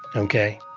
okay?